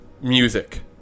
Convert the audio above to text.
music